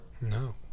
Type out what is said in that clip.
no